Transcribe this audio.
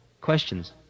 questions